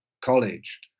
college